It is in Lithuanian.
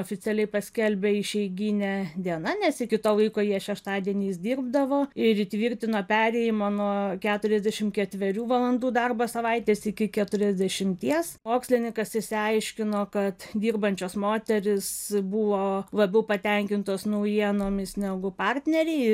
oficialiai paskelbė išeigine diena nes iki to laiko jie šeštadieniais dirbdavo ir įtvirtino perėjimą nuo keturiasdešim ketverių valandų darbo savaitės iki keturiasdešimties mokslininkas išsiaiškino kad dirbančios moterys buvo labiau patenkintos naujienomis negu partneriai